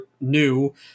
new